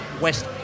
West